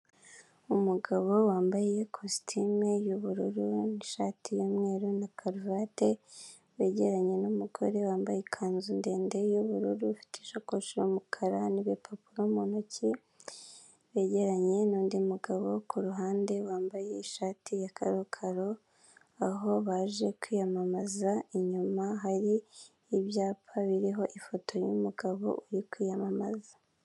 Umugabo wambaye ikositimu y'ubururu nishati y'umweru na karuvati, begeranye n'umugore wambaye ikanzu ndende y'ubururu ufite ishakoshi y'umukara n'ibipapuro mu ntoki, begeranye nundi mugabo kuruhande wambaye ishati ya karokaro aho baje kwiyamamaza, inyuma hari ibyapa biriho ifoto yumugabo uri kwiyamamaza.